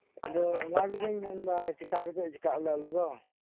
ᱟᱫᱚ ᱚᱱᱟ ᱜᱮᱛᱚᱧ ᱢᱮᱱ ᱫᱟ ᱪᱤᱠᱟ ᱠᱟᱛᱮᱜ ᱪᱤᱠᱟ ᱟᱞᱮ ᱟᱞᱮ ᱫᱚ